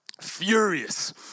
furious